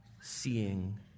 seeing